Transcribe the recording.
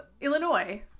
Illinois